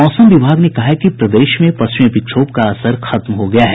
मौसम विभाग ने कहा है कि प्रदेश में पश्चिमी विक्षोभ का असर खत्म हो गया है